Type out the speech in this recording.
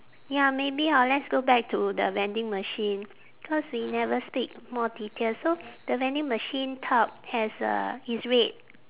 ya maybe hor let's go back to the vending machine cause we never speak more details so the vending machine top has a is red